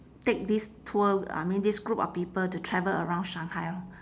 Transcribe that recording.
take this tour I mean this group of people to travel around shanghai lor